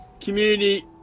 Community